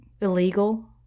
illegal